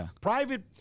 Private